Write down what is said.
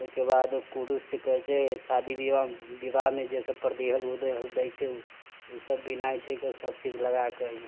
ओहिकेबाद कुरुश से करै छै शादी विवाह मे जे सब पर देहल उदेहल दै छै ओसब बिनाइ छै कऽ सबचीज लगाए कऽ